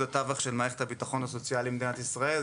התווך של מערכת הביטחון הסוציאלי במדינת ישראל.